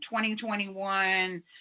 2021